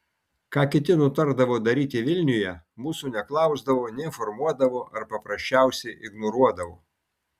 ką kiti nutardavo daryti vilniuje mūsų neklausdavo neinformuodavo ar paprasčiausiai ignoruodavo